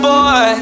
Boy